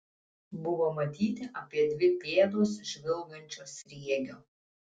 buvo matyti apie dvi pėdos žvilgančio sriegio